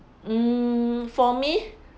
mm for me